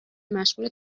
مشغول